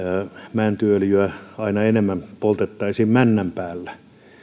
mäntyöljyä aina enemmän poltettaisiin männän päällä